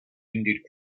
ended